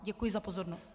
Děkuji za pozornost.